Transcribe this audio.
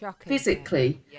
physically